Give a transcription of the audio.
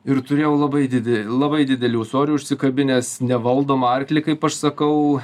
ir turėjau labai dide labai didelį ūsorių užsikabinęs nevaldomą arklį kaip aš sakau